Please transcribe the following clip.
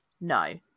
no